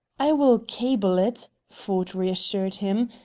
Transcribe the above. i will cable it, ford reassured him,